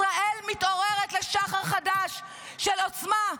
ישראל מתעוררת לשחר חדש של עוצמה,